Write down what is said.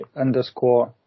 underscore